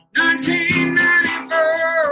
1994